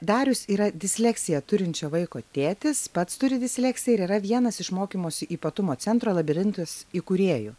darius yra disleksiją turinčio vaiko tėtis pats turi disleksiją ir yra vienas iš mokymosi ypatumų centro labirintas įkūrėjų